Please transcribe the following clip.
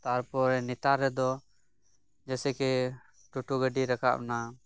ᱛᱟᱨᱯᱚᱨᱮ ᱱᱮᱛᱟᱨ ᱨᱮᱫᱚ ᱡᱮᱥᱮᱠᱮ ᱴᱚᱴᱚ ᱜᱟᱹᱰᱤ ᱨᱟᱠᱟᱵᱮᱱᱟ